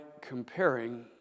comparing